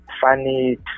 funny